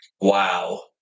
wow